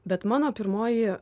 bet mano pirmoji